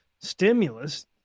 stimulus